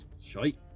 Shite